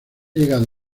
llegado